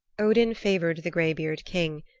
odin favored the gray-beard king,